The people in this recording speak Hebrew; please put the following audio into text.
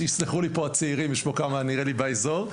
שיסלחו לי פה הצעירים יש פה כמה נראה לי באזור,